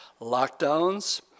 lockdowns